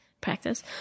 practice